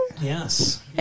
Yes